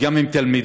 וגם עם תלמידים.